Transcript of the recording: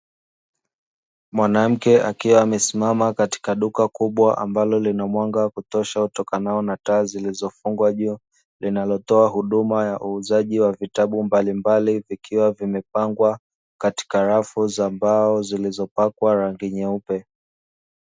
Mwanamke akiwa amesimama katika duka kubwa ambalo lina mwanga wa kutosha utokanao na taa zilizofungwa juu, linalotoa huduma ya uuzaji wa vitabu mbalimbali vikiwa vimepangwa katika rafu za mbao zilizopakwa rangi nyeupe.